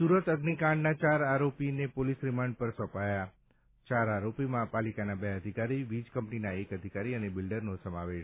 સુરત અગ્નિકાંડના ચાર આરોપીને પોલીસ રીમાન્ડ પર સોંપાયા ચાર આરોપીમાં પાલીકાના બે અધિકારી વીજ કંપનીના એક અધિકારી અને બિલ્ડરનો સમાવેશ